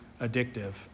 addictive